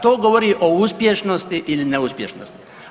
To govori o uspješnosti ili neuspješnosti.